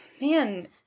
man